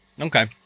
Okay